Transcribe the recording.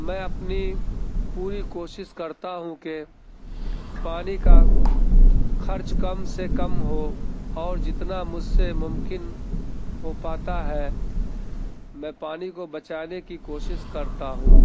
میں اپنی پوری کوشش کرتا ہوں کہ پانی کا خرچ کم سے کم ہو اور جتنا مجھ سے ممکن ہو پاتا ہے میں پانی کو بچانے کی کوشش کرتا ہوں